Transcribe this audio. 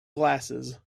glasses